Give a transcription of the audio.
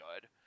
good